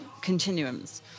continuums